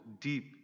deep